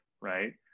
right